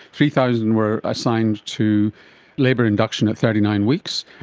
three thousand were assigned to labour induction at thirty nine weeks,